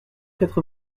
quatre